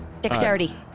Dexterity